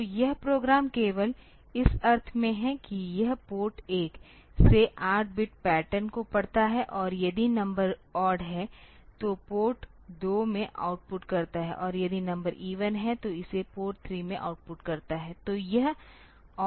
तो यह प्रोग्राम केवल इस अर्थ में है कि यह पोर्ट 1 से 8 बिट पैटर्न को पढ़ता है और यदि नंबर ओड है तो पोर्ट 2 में आउटपुट करता है और यदि नंबर इवन है तो इसे पोर्ट 3 में आउटपुट करता है